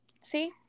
See